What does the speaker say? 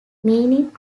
meaning